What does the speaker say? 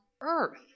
earth